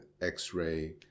x-ray